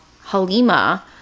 Halima